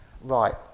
Right